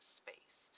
space